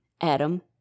Adam